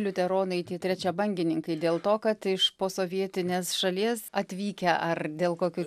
liuteronai trečiabangininkai dėl to kad iš posovietinės šalies atvykę ar dėl kokių